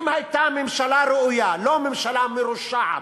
אם הייתה ממשלה ראויה, לא ממשלה מרושעת,